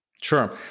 Sure